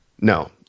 No